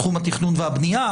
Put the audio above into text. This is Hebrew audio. תחום התכנון והבנייה,